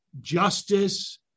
justice